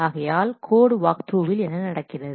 ஆகையால் கோட் வாக்த்ரூவில் என்ன நடக்கிறது